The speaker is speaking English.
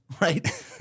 right